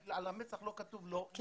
על המצח לא כתוב לו מה הוא.